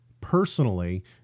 personally